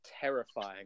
terrifying